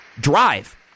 drive